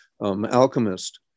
alchemist